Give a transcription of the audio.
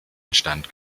instand